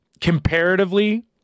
comparatively